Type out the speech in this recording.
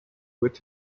with